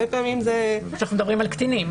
כשאנחנו מדברים על קטינים.